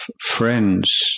friends